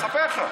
אני מספר לך.